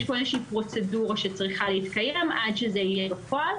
יש פה איזושהי פרוצדורה שצריכה להתקיים עד שזה יהיה בפועל.